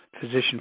physician